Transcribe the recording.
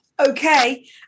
Okay